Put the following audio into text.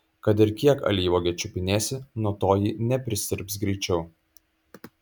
kad ir kiek alyvuogę čiupinėsi nuo to ji neprisirps greičiau